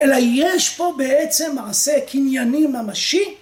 אלא יש פה בעצם מעשה קנייני ממשי.